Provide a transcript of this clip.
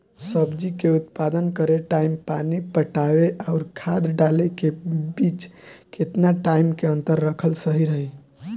सब्जी के उत्पादन करे टाइम पानी पटावे आउर खाद डाले के बीच केतना टाइम के अंतर रखल सही रही?